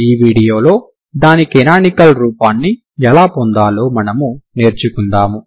ఈ వీడియోలో దాని కనానికల్ రూపాన్ని ఎలా పొందాలో మనము నేర్చుకుందాము